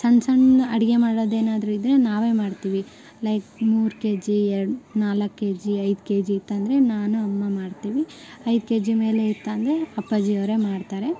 ಸಣ್ಣ ಸಣ್ಣ ಅಡುಗೆ ಮಾಡೋದೇನಾದ್ರು ಇದ್ರೆ ನಾವೇ ಮಾಡ್ತೀವಿ ಲೈಕ್ ಮೂರು ಕೆಜಿ ಎರಡು ನಾಲ್ಕು ಕೆಜಿ ಐದು ಕೆಜಿ ಇತ್ತಂದರೆ ನಾನು ಅಮ್ಮ ಮಾಡ್ತೀವಿ ಐದು ಕೆಜಿ ಮೇಲೆ ಇತ್ತಂದರೆ ಅಪ್ಪಾಜಿ ಅವರೇ ಮಾಡ್ತಾರೆ